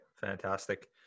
fantastic